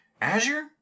Azure